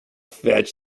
fetch